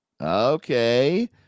okay